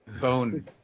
Bone